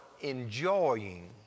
enjoying